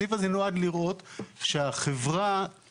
בהמשך נראה את זה: הסעיף הזה נועד לראות שאין לחברה כל